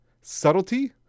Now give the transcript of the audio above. Subtlety